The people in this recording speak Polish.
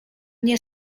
nie